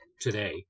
today